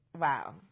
wow